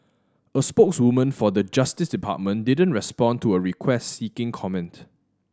a spokeswoman for the Justice Department didn't respond to a request seeking comment